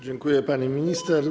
Dziękuję, pani minister.